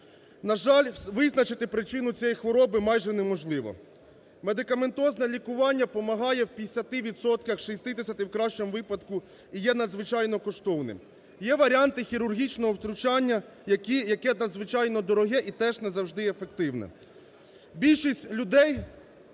На жаль, визначити причину цієї хвороби майже неможливо. Медикаментозне лікування помагає у 50 відсотках, у 60 в кращому випадку і є надзвичайно коштовним. Є варіанти хірургічного втручання, яке надзвичайно дороге і теж не завжди ефективне.